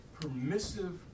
permissive